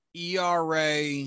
ERA